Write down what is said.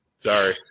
Sorry